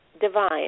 Divine